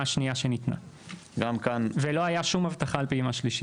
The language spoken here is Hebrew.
השנייה שניתנה ולא היה שום הבטחה על פעימה שלישית.